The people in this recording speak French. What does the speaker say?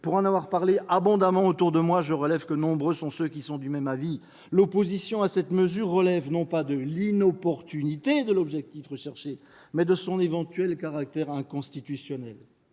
Pour en avoir parlé abondamment autour de moi, je relève que nombreux sont ceux qui sont du même avis. L'opposition à cette mesure se fonde, non pas sur l'inopportunité de l'objectif visé, mais sur son éventuel caractère inconstitutionnel.